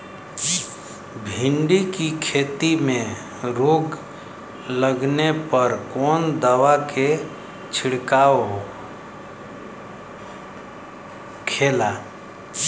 भिंडी की खेती में रोग लगने पर कौन दवा के छिड़काव खेला?